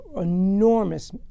enormous